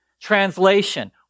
Translation